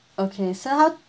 okay sir how